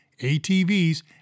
ATVs